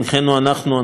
הנהלת המשרד,